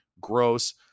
gross